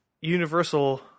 Universal